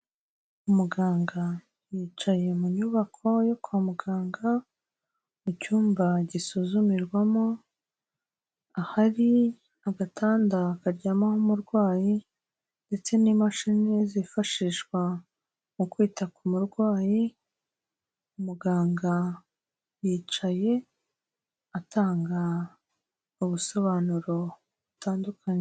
Umuganga yicaye mu nyubako yo kwa muganga mu cyumba gisuzumirwamo, ahari agatanda karyamaho umurwayi ndetse n'imashini zifashishwa mu kwita ku murwayi, muganga yicaye atanga ubusobanuro butandukanye.